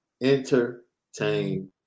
Entertain